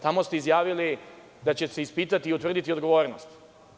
Tamo ste izjavili da će se ispitati i utvrditi odgovornost.